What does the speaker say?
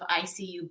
ICU